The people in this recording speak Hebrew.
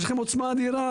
יש לכם עוצמה אדירה.